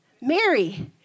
Mary